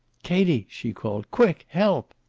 katie! she called. quick. help!